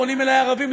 פונים אלי ערבים,